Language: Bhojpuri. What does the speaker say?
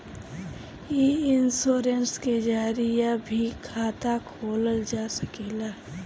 इ इन्शोरेंश के जरिया से भी खाता खोलल जा सकेला